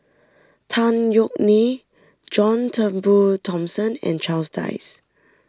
Tan Yeok Nee John Turnbull Thomson and Charles Dyce